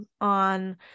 on